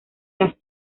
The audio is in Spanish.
las